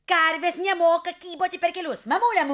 karves nemoka kyboti per kelius mamule mū